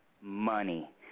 money